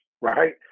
right